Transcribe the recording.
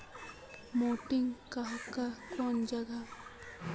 Marketing कहाक को जाहा?